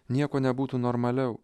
nieko nebūtų normaliau